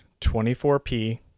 24p